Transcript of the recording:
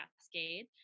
cascade